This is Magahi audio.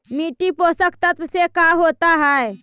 मिट्टी पोषक तत्त्व से का होता है?